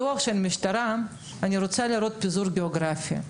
בדוח המשטרה אני רוצה לראות פיזור גיאוגרפי.